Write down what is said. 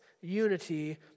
unity